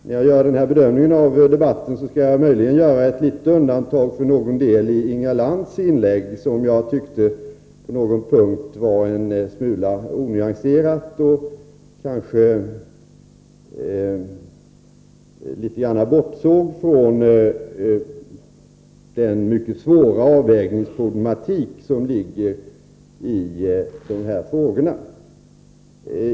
När det gäller den här bedömningen av debatten vill jag göra ett litet undantag för vissa delar i Inga Lantz inlägg, som på någon punkt var en smula onyanserat och kanske litet bortsåg från den mycket svåra avvägningsproblematik som finns avseende dessa frågor.